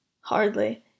Hardly